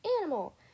animal